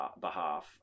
behalf